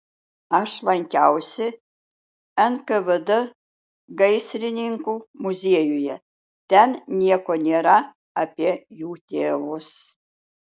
aš lankiausi nkvd gaisrininkų muziejuje ten nieko nėra apie jų tėvus